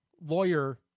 lawyer